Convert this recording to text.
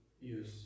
use